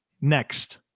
next